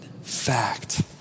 fact